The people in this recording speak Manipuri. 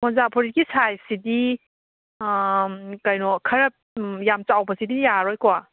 ꯃꯣꯖꯥ ꯐꯨꯔꯤꯠꯀꯤ ꯁꯥꯏꯖꯁꯤꯗꯤ ꯀꯩꯅꯣ ꯈꯔ ꯌꯥꯝ ꯆꯥꯎꯕꯁꯤꯗꯤ ꯌꯥꯔꯔꯣꯏꯀꯣ